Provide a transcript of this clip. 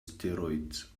steroids